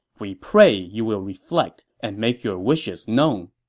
we pray you will reflect and make your wishes known.